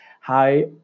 Hi